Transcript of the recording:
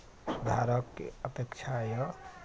सुधारक अपेक्षा यऽ